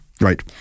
Right